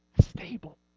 stable